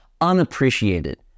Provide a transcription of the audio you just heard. unappreciated